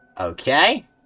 Okay